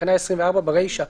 בתקנה 24 ברישא,